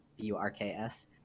b-u-r-k-s